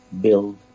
build